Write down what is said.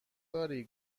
داری